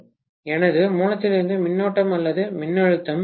எனது மூலத்திலிருந்து மின்னோட்டம் அல்லது மின்னழுத்தம்